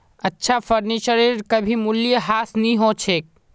अच्छा फर्नीचरेर कभी मूल्यह्रास नी हो छेक